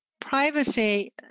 privacy